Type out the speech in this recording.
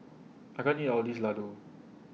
I can't eat All of This Laddu